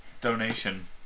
donation